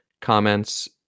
comments